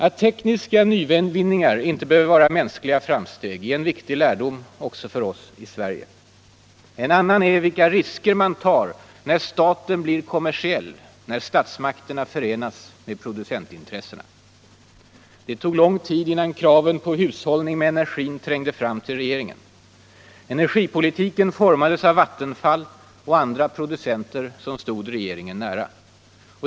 Att tekniska nyvinningar inte behöver vara mänskliga framsteg är en viktig lärdom, också för oss i Sverige. En annan är vilka risker man tar när staten blir kommersiell och när statsmakterna förenas med producentintressena. Det tog lång tid innan kraven på hushållning med energin trängde fram till regeringen. Energipolitiken formades av Vattenfall och andra producenter, som stod regeringen nära.